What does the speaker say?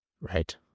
Right